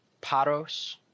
Paros